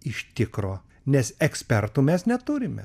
iš tikro nes ekspertų mes neturime